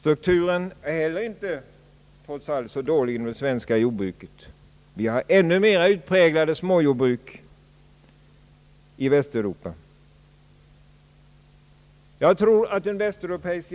Strukturen är heller inte, trots allt, så dålig inom det svenska jordbruket. Det finns ännu mera utpräglade småjordbruk i Västeuropa. Jag tror att en västeuropeisk